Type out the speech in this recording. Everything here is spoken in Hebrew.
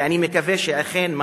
ואני מקווה שאכן,